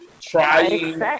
trying